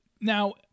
now